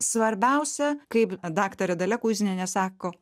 svarbiausia kaip daktarė dalia kuizinienė sako